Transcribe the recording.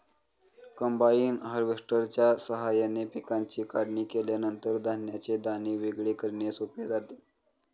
combine हार्वेस्टरच्या साहाय्याने पिकांची काढणी केल्यानंतर धान्याचे दाणे वेगळे करणे सोपे जाते